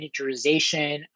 miniaturization